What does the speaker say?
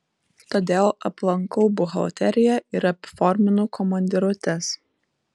todėl aplankau buhalteriją ir apiforminu komandiruotes